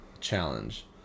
Challenge